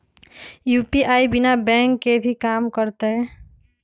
UPI बिना bank के भी कम करतै?